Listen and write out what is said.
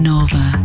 Nova